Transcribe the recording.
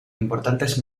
importantes